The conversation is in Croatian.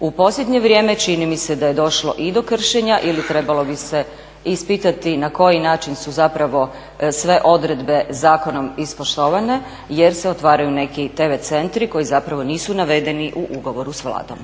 U posljednje vrijeme čini mi se da je došlo i do kršenja ili trebalo bi se ispitati na koji način su zapravo sve odredbe zakonom ispoštovane, jer se otvaraju neki tv centri koji zapravo nisu navedeni u ugovoru sa Vladom.